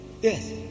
Yes